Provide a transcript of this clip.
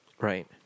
Right